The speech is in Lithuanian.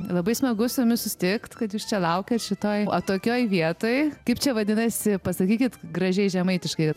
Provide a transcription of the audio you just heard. labai smagu su jumis susitikti kad jūs čia laukiat šitoj atokioj vietoj kaip čia vadinasi pasakykit gražiai žemaitiškai